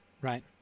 right